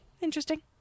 interesting